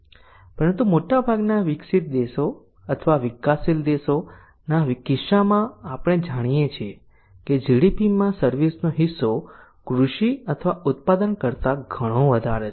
પરંતુ મોટાભાગના વિકસિત દેશો અથવા વિકાસશીલ દેશો ના કિસ્સામાં આપણે જોઈએ છીએ કે GDPમાં સર્વિસ નો હિસ્સો કૃષિ અથવા ઉત્પાદન કરતા ઘણો વધારે છે